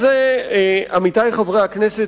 עמיתי חברי הכנסת,